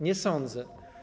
Nie sądzę.